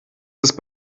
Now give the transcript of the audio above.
ist